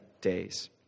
days